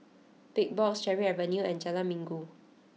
Big Box Cherry Avenue and Jalan Minggu